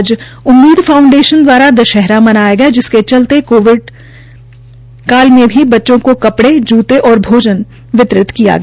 आज उम्मीद फाउडेशन द्वारा दशहरा मनाया गया जिसके चलते बच्चों को कपड़ें जूते और भोजन वितरित किया गया